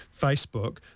Facebook